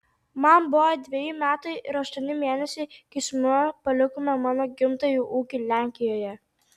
man buvo dveji metai ir aštuoni mėnesiai kai su mama palikome mano gimtąjį ūkį lenkijoje